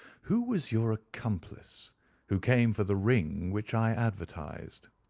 who was your accomplice who came for the ring which i advertised?